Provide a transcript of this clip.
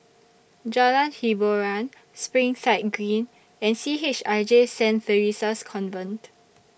Jalan Hiboran Springside Green and C H I J Saint Theresa's Convent